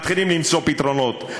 מתחילים למצוא פתרונות.